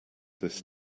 this